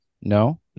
no